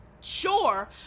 Sure